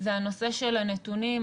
זה הנושא של הנתונים,